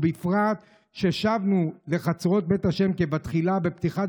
ובפרט ששבנו אל חצרות בית ה' כבתחילה בפתיחת